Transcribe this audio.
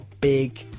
big